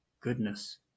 Goodness